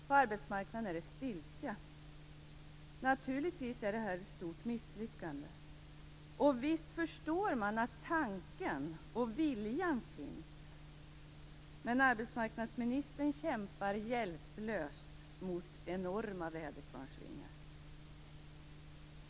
På arbetsmarknaden råder stiltje. Naturligtvis är detta ett stort misslyckande. Visst förstår man att tanken och viljan finns, men arbetsmarknadsministern kämpar hjälplöst mot de enorma väderkvarnsvingarna.